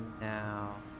now